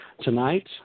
Tonight